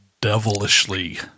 devilishly